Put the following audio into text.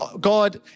God